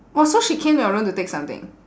orh so she came to your room to take something